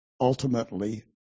ultimately